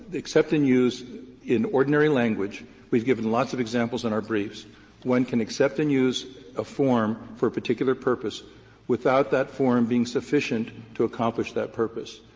accept and use in ordinary language we've given lots of examples in our briefs one can accept and use a form for a particular purpose without that form being sufficient to accomplish that purpose.